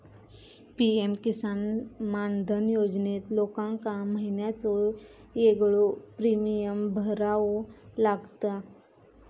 PM Kisan Maandhan योजनेत लोकांका महिन्याचो येगळो प्रीमियम भरावो लागता